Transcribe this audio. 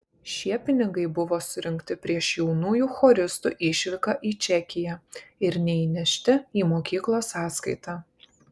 šie pinigai buvo surinkti prieš jaunųjų choristų išvyką į čekiją ir neįnešti į mokyklos sąskaitą